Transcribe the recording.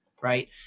right